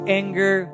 anger